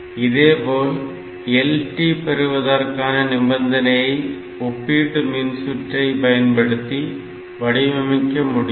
இதேபோல LT பெறுவதற்கான நிபந்தனையை ஒப்பீட்டு மின்சுற்றை பயன்படுத்தி வடிவமைக்க முடியும்